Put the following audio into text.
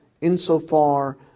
insofar